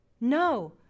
No